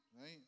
right